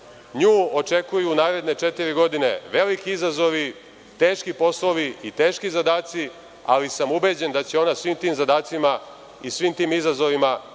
Nju očekuju u naredne četiri godine veliki izazovi, teški poslovi i teški zadaci, ali sam ubeđen da će ona svim tim zadacima i svim tim izazovima